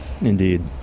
indeed